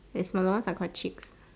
the smaller ones are called chicks